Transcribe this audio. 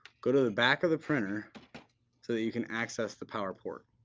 go to the back of the printer so that you can access the power port.